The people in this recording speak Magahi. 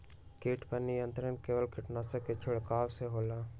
किट पर नियंत्रण केवल किटनाशक के छिंगहाई से होल?